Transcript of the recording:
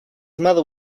mother